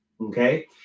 Okay